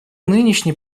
нынешний